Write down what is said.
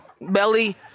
Belly